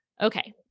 Okay